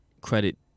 credit